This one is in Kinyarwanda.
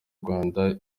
rwanda